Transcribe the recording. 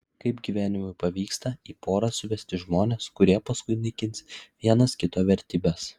kaip gyvenimui pavyksta į porą suvesti žmones kurie paskui naikins vienas kito vertybes